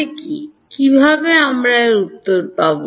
তাতে কি কীভাবে আমরা এর উত্তর পাব